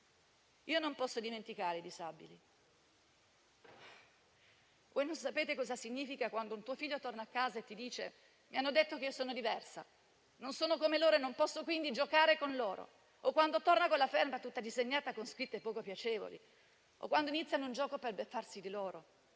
Non posso dimenticare i disabili. Non sapete cosa significhi quando tua figlia torna a casa e ti dice: «Mi hanno detto che sono diversa. Non sono come loro e non posso quindi giocare con loro»; oppure quando torna con la felpa tutta disegnata con scritte poco piacevoli o si sono inventati un gioco per beffarsi di lei,